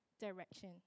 direction